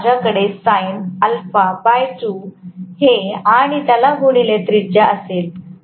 म्हणून माझ्याकडे हे आणि त्याला गुणिले त्रिज्या असेल